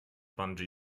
bungee